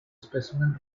specimen